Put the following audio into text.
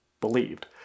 believed